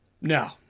No